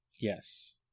Yes